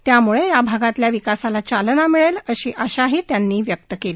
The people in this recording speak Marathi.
याम्ळे या भागातल्या विकासाला चालना मिळेल अशी आशाही त्यांनी व्यक्त केली